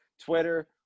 Twitter